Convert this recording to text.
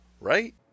right